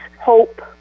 hope